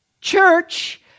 church